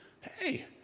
hey